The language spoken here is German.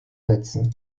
setzen